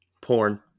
Porn